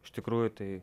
iš tikrųjų tai